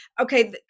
Okay